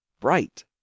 bright